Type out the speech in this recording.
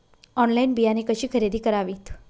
Online बियाणे कशी खरेदी करावीत?